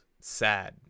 sad